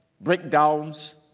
breakdowns